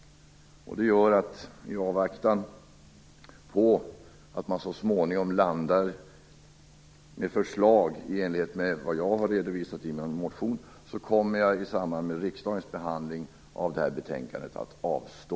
I avvaktan på att man så småningom kommer med ett förslag i enlighet med vad jag har redovisat i min motion kommer jag därför i samband med riksdagens behandling av det här betänkandet att avstå.